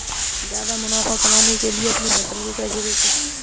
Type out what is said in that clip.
ज्यादा मुनाफा कमाने के लिए अपनी फसल को कैसे बेचें?